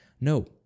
no